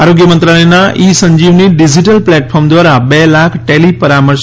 આરોગ્ય મંત્રાલયના e Sanjeevani digital platform દ્વારા બે લાખ ટેલિ પરામર્શ